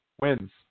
wins